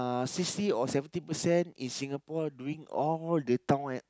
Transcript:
uh sixty or seventy percent in Singapore doing all the town at